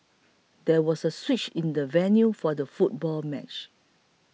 there was a switch in the venue for the football match